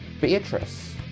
Beatrice